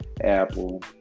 Apple